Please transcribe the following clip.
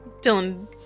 Dylan